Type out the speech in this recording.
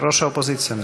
ראש האופוזיציה מדבר.